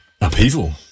upheaval